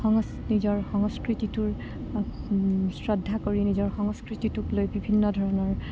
নিজৰ সংস্কৃতিটোৰ শ্ৰদ্ধা কৰি নিজৰ সংস্কৃতিটোক লৈ বিভিন্ন ধৰণৰ